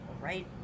Right